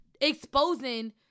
exposing